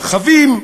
רכבים,